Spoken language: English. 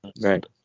Right